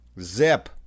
Zip